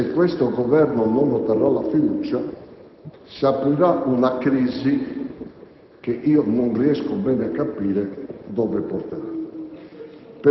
positivo. Le dico con molta amicizia che avrei preferito che, ove lei riscontrasse di non avere la maggioranza